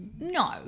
No